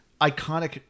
iconic